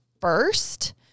first